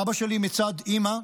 סבא שלי מצד אימא,